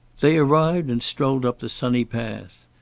they arrived and strolled up the sunny path.